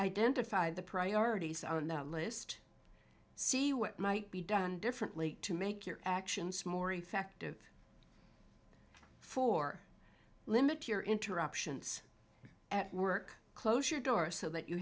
identify the priorities on that list see what might be done differently to make your actions more effective for limit your interruptions at work close your door so that you